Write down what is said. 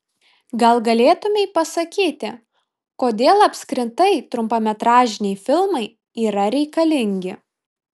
gal galėtumei pasakyti kodėl apskritai trumpametražiai filmai yra reikalingi